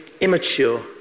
immature